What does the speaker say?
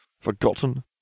Forgotten